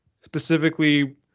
specifically